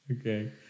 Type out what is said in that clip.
Okay